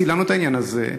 צילמנו את העניין הזה,